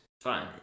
fine